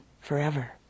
forever